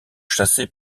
chassés